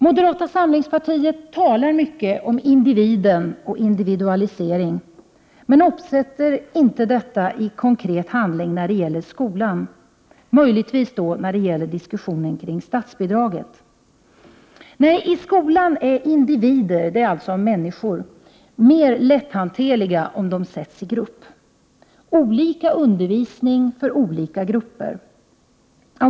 Moderata samlingspartiet talar mycket om individen och individualisering, men omsätter inte detta i konkret handling när det gäller skolan — möjligtvis när det gäller statsbidraget. Nej, i skolan är individer — alltså människor — mer lätthanterliga om de sätts i grupp, med olika undervisning för olika grupper.